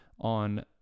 on